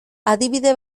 adibide